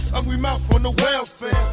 hungry mouth on the welfare.